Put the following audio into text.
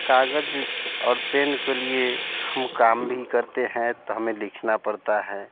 काग़ज़ और पेन के लिए हम काम भी करते है तो हमें लिखना पड़ता है